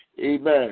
Amen